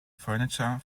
furniture